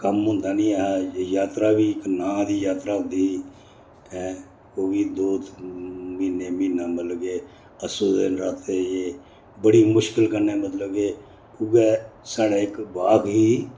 कम्म हुंदा नी ऐ हा जात्तरा बी इक्क नांऽ दी जात्तरा हुंदी ही ऐं ओह् बी दो म्हीने म्हीना मतलब के अस्सूं दे नराते बड़ी मुश्कल कन्नै मतलब के उऐ साढ़े इक्क बात ही